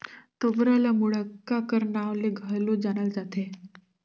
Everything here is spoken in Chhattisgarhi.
तोबरा ल मुड़क्का कर नाव ले घलो जानल जाथे